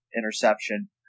interception